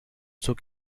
zog